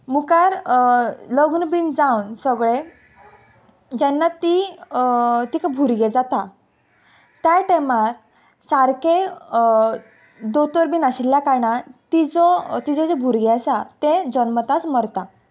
मुखार लग्न बीन जावन सगळें जेन्ना ती तिका भुरगें जाता त्या टायमार सारकें दोतोर बी नाशिल्ल्या कारणान तिजो तिजें जें भुरगें आसा तें जन्मताच मरता